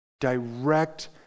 direct